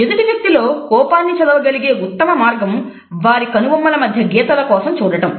ఎదుటి వ్యక్తి లో కోపాన్ని చదవగలిగే ఉత్తమ మార్గం వారి కనుబొమ్మల మధ్య గీతల కోసం చూడటం